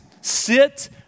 sit